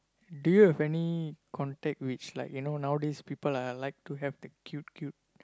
do you have any contact which like you know nowadays people like to have the cute cute